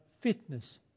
fitness